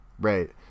Right